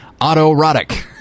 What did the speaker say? autoerotic